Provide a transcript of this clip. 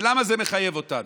ולמה זה מחייב אותנו?